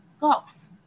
golf